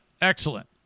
excellent